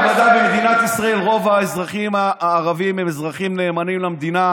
בוודאי במדינת ישראל רוב האזרחים הערבים הם אזרחים נאמנים למדינה,